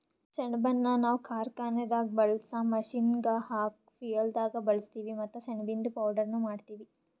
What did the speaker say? ಸೆಣಬನ್ನ ನಾವ್ ಕಾರ್ಖಾನೆದಾಗ್ ಬಳ್ಸಾ ಮಷೀನ್ಗ್ ಹಾಕ ಫ್ಯುಯೆಲ್ದಾಗ್ ಬಳಸ್ತೀವಿ ಮತ್ತ್ ಸೆಣಬಿಂದು ಪೌಡರ್ನು ಮಾಡ್ತೀವಿ